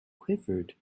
quivered